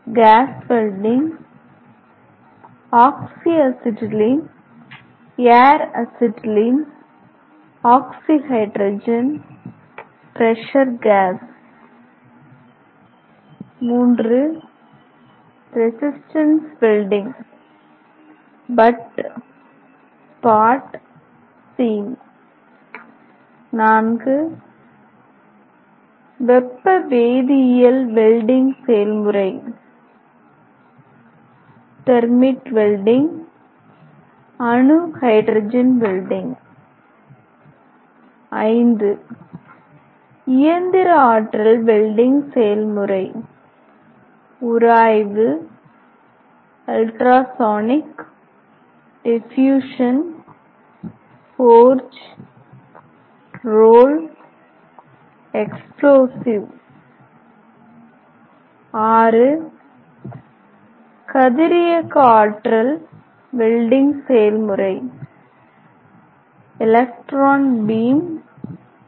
case welding oxy acetylene air acetylene oxy hydrogen pressure gas resistance welding butt spot seam வெப்ப வேதியியல் welding செயல்முறை thermit welding அணு hydrogen welding இயந்திர ஆற்றல் welding செயல்முறை உராய்வு ultrasonic diffusion forge roll explosive கதிரியக்க ஆற்றல் வெல்டிங் செயல்முறை எலக்ட்ரான் பீம் ஈ